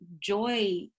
joy